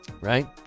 Right